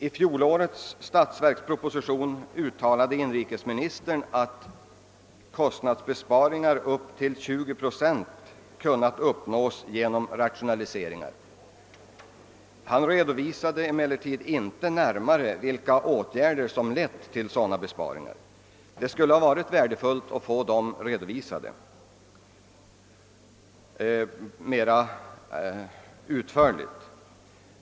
I fjolårets statsverksproposition uttalade inrikesministern att kostnadsbesparingar på upp till 20 procent kunnat uppnås genom rationaliseringar. Han redovisar emellertid inte närmare vilka åtgärder som lett till besparingarna. Det skulle ha varit värdefullt med en mera utförlig sådan redovisning.